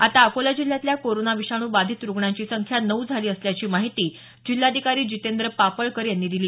आता अकोला जिल्ह्यातल्या कोरोना विषाणू बाधित रुग्णांची संख्या नऊ झाली असल्याची माहिती जिल्हाधिकारी जितेंद्र पापळकर यांनी दिली